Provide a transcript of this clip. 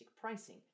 pricing